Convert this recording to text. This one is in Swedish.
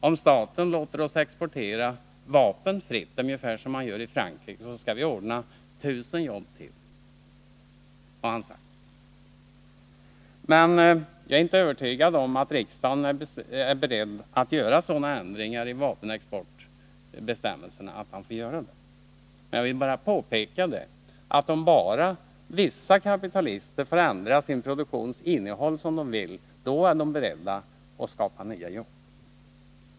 Om staten låter oss exportera vapen, ungefär som i Frankrike, skall vi ordna tusen jobb till, har han sagt. Men jag är inte övertygad om att riksdagen är beredd att göra sådana ändringar i vapenexportbestämmelserna att han får göra det. Jag vill emellertid påpeka att om vissa kapitalister bara får ändra sin produktions innehåll som de vill, då är de beredda att skapa nya jobb.